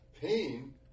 pain